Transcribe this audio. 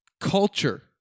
Culture